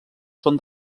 són